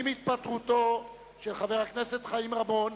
עם התפטרותו של חבר הכנסת חיים רמון,